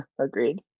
Agreed